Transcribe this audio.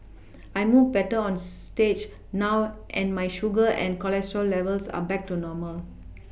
I move better on stage now and my sugar and cholesterol levels are back to normal